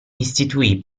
istituì